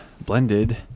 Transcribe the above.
blended